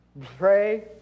pray